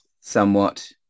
somewhat